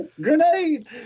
Grenade